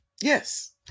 Yes